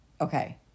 Okay